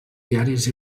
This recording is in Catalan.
diaris